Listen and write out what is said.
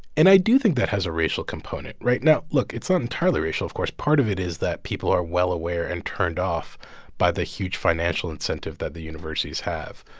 and i do think that has a racial component right now. look. it's an entirely racial, of course. part of it is that people are well aware and turned off by the huge financial incentive that the universities have.